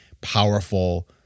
powerful